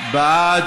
את